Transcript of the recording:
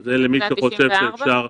זה למי שחושב שאפשר.